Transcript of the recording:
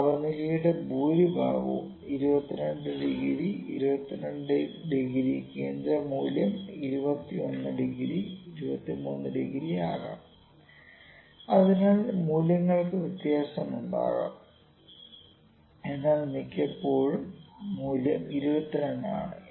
താപനിലയുടെ ഭൂരിഭാഗവും 22 degree 22 degree കേന്ദ്ര മൂല്യം 21 ഡിഗ്രി 23 ഡിഗ്രി ആകാം അതിനാൽ മൂല്യങ്ങൾക്ക് വ്യത്യാസമുണ്ടാകാം എന്നാൽ മിക്കപ്പോഴും മൂല്യം 22 ആണ്